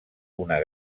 una